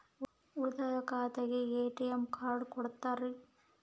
ಉಳಿತಾಯ ಖಾತೆಗೆ ATM card ಕೊಡ್ತೇರಿ?